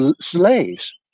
slaves